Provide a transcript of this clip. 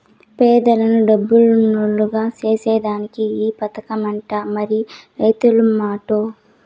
పేదలను డబ్బునోల్లుగ సేసేదానికే ఈ పదకమట, మరి రైతుల మాటో